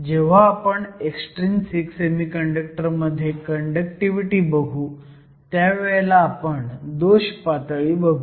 जेव्हा आपण extrinsic semiconductor मध्ये कंडक्टिव्हिटी बघू त्यावेळेला आपण दोष पातळी बघू